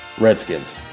Redskins